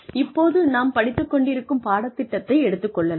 இப்போது நாம் படித்துக் கொண்டிருக்கும் பாடத்திட்டத்தை எடுத்துக் கொள்ளலாம்